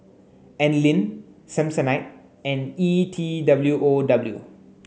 Anlene Samsonite and E T W O W